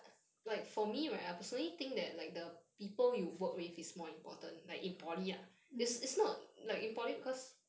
mm